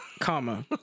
Comma